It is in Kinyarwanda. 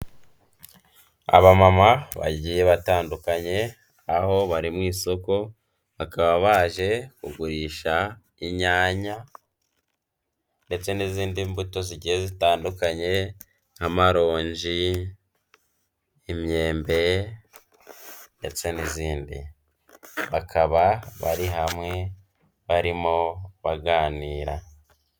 Abamama bagiye batandukanye, aho bari mu isoko bakaba baje kugurisha inyanya ndetse n'izindi mbuto zigiye zitandukanye nk'amarongi, imyembe ndetse n'izindi, bakaba bari hamwe barimo baganira.